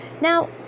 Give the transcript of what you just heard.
Now